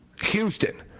Houston